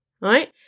right